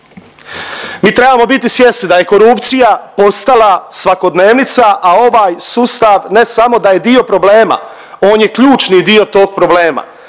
Mi trebamo biti svjesni da je korupcija ostala svakodnevnica, a ovaj sustav ne samo da je dio problema, on je ključni dio tog problema